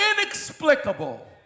inexplicable